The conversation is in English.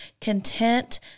content